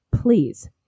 Please